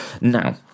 Now